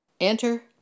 enter